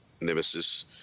nemesis